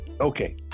Okay